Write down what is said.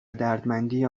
دردمندی